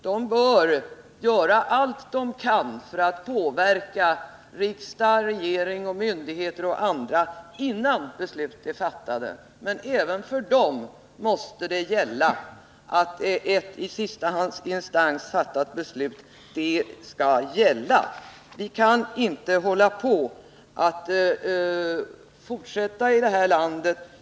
De bör göra allt de kan för att påverka riksdag, regering, myndigheter och andra innan beslut är fattade. Men även för dem måste gälla att ett i sista instans fattat beslut står fast.